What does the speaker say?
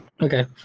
Okay